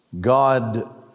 God